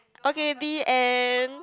okay the end